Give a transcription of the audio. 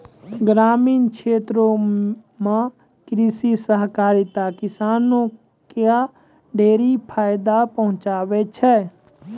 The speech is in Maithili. ग्रामीण क्षेत्रो म कृषि सहकारिता किसानो क ढेरी फायदा पहुंचाबै छै